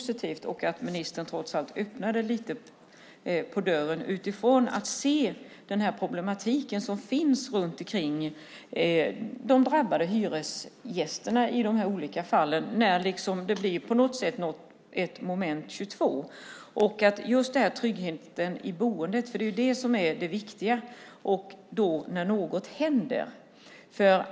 Ministern öppnade trots allt lite på dörren för den problematik som finns när det gäller de drabbade hyresgästerna när det blir ett moment 22 och något händer. Det är ju tryggheten i boendet är det viktiga.